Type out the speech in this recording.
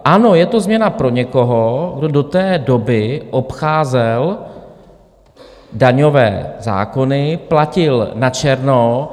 Ano, je to změna pro někoho, kdo do té doby obcházel daňové zákony, platil načerno.